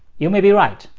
you may be right.